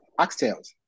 oxtails